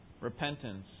repentance